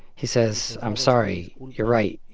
he says, i'm sorry. you're right.